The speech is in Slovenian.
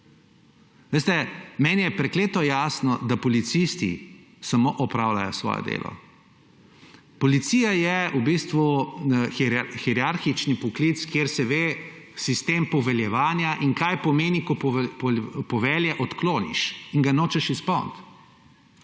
Meni je prekleto jasno, da policisti samo opravljajo svoje delo. Policija je v bistvu hierarhični poklic, kjer se ve, da je sistem poveljevanja, in kaj pomeni, ko povelje odkloniš in ga nočeš izpolniti.